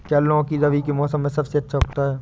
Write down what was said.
क्या लौकी रबी के मौसम में सबसे अच्छा उगता है?